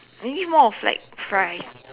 maybe more of like fries